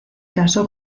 casó